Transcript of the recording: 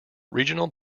regional